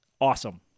awesome